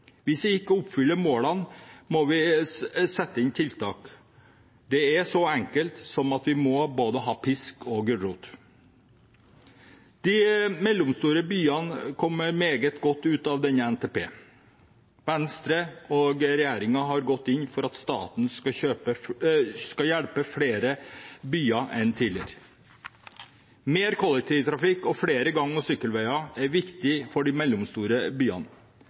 Hvis vi ikke oppfyller målene, må vi sette inn tiltak. Det er så enkelt som at vi må ha både pisk og gulrot. De mellomstore byene kom meget godt ut av denne NTP-en. Venstre og regjeringen har gått inn for at staten skal hjelpe flere byer enn tidligere. Mer kollektivtrafikk og flere gang- og sykkelveier er viktig for de mellomstore byene,